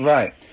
Right